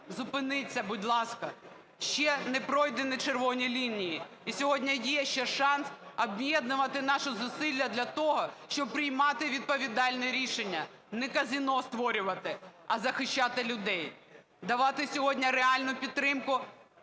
Зупиніться, будь ласка. Ще не пройдені червоні лінії. І сьогодні є ще шанс об'єднувати наші зусилля для того, щоб приймати відповідальне рішення. Не казино створювати, а захищати людей, давати сьогодні реальну підтримку